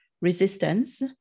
resistance